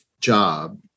job